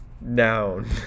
Noun